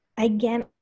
Again